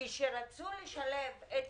כשרצו לשלב את